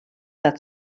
that